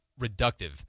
reductive